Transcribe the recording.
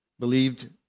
Believed